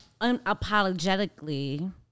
unapologetically